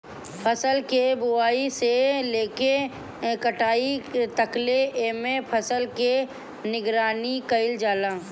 फसल के बोआई से लेके कटाई तकले एमे फसल के निगरानी कईल जाला